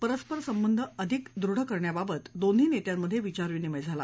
परस्पर संबंध अधिक दृढ करण्याबाबत दोन्ही नेत्यांमध्ये विचारविनिमय झाला